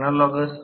आम्हे PG म्हणतो